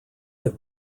have